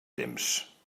temps